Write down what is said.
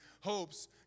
hopes